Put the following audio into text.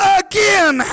again